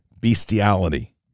bestiality